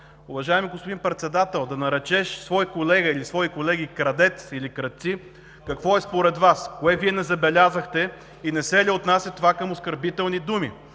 Уважаеми господин Председател, да наречеш свой колега или свои колеги „крадец“ или „крадци“ какво е според Вас? Кое Вие не забелязахте и не се ли отнася това към оскърбителните думи?